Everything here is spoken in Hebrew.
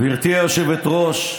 גברתי היושבת-ראש,